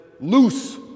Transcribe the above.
loose